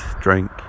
drink